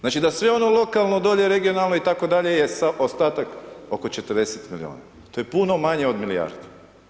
Znači da sve ono lokalno, dolje regionalno i tako dalje, jest ostatak oko 40 milijuna, to je puno manje od milijarde.